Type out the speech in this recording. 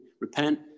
repent